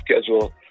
schedule